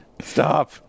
Stop